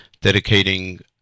dedicating